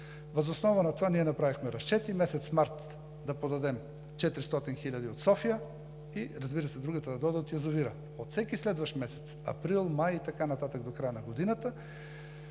Въз основа на това ние направихме разчети в месец март да подадем 400 хиляди от София и, разбира се, другата вода да дойде от язовира. Разчетите за всеки следващ месец – април, май и така нататък, до края на годината